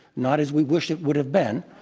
not as we wish it would have been.